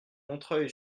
montreuil